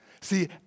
See